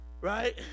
Right